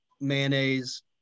mayonnaise